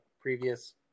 previous